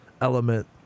element